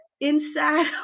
inside